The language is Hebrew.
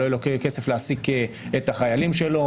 לא יהיה לו כסף להעסיק את החיילים שלו.